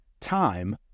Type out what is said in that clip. Time